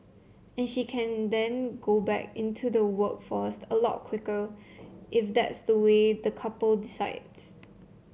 and she can then go back into the workforce a lot quicker if that's the way the couple decides